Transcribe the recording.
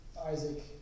Isaac